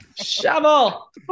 Shovel